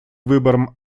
выборам